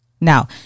Now